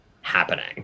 happening